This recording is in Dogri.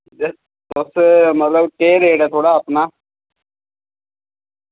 तुस मतलब केह् रेट ऐ थुआढ़ा अपना